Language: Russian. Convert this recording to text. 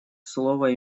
слово